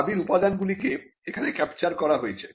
দাবির উপাদানগুলিকে এখানে ক্যাপচার করা হয়েছে